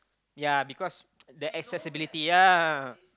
ya because the accessibility ya